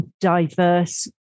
diverse